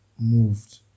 moved